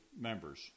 members